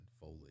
Foley